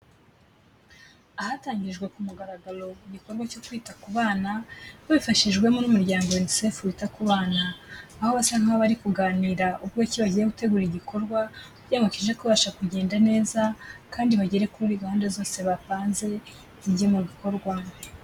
Ahatangirijwe ku mugaragaro igikorwa cyo kwita ku bana babifashijwemo n'umuryango UNICEF wita ku bana. Aho basa nk'abarikuganira uburyo ki bagiye gutegura igikorwa kugira ngo kize kubasha kugenda neza kandi bagere kuri gahunda zose bapanze zijye mu bikorwamo.